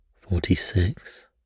Forty-six